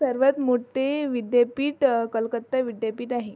सर्वांत मोठ्ठे विद्यापीठ कलकत्ता विद्यापीठ आहे